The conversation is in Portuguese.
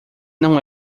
não